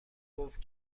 گفت